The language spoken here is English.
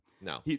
No